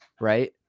right